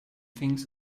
thinks